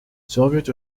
soviet